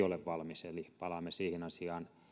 ole valmis eli palaamme siihen asiaan